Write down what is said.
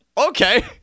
Okay